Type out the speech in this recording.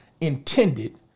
intended